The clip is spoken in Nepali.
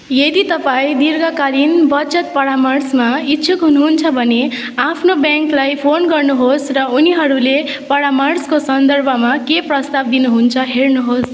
यदि तपाईँँ दीर्घकालीन बचत परामर्शमा इच्छुक हुनुहुन्छ भने आफ्नो ब्याङ्कलाई फोन गर्नुहोस् र उनीहरूले परामर्शको सन्दर्भमा के प्रस्ताव दिनुहुन्छ हेर्नुहोस्